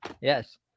Yes